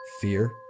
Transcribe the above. Fear